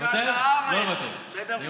נוכל להכתיב ממשלת חירום לאומית רחבה,